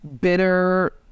bitter